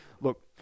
look